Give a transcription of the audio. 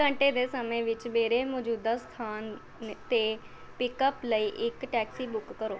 ਘੰਟੇ ਦੇ ਸਮੇਂ ਵਿੱਚ ਮੇਰੇ ਮੌਜੂਦਾ ਸਥਾਨ ਨ 'ਤੇ ਪਿਕਅੱਪ ਲਈ ਇੱਕ ਟੈਕਸੀ ਬੁੱਕ ਕਰੋ